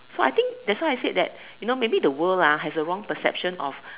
so I think that's why I said that you know maybe the world lah got the wrong perception of